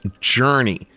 Journey